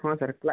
ହଁ ସାର୍